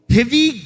Heavy